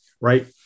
right